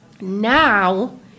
now